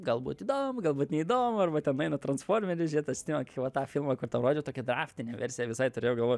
galbūt įdomu galbūt neįdomu arba ten eina transformerių žiūrėt aš atsimenu kaip va tą filmą kur tau rodžiau tokią draftinę versiją visai turėjau galvoj